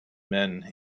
men